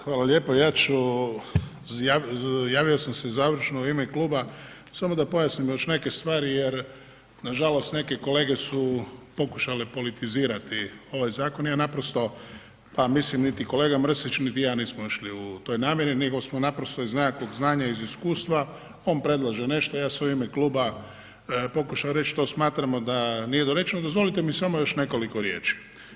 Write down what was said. Hvala lijepa, ja ću javio sam se završno u ime kluba samo da pojasnimo još neke stvari jer nažalost neke kolege su pokušale politizirati ovaj zakon i ja naprosto, pa mislim niti kolega Mrsić niti ja nismo išli u toj namjeri nego smo naprosto iz nekakvog znanja i iz iskustva, on predlaže nešto ja sam u ime kluba pokušao reći što smatramo da nije dorečeno, dozvolite mi samo još nekoliko riječi.